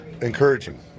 Encouraging